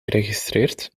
geregistreerd